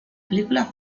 película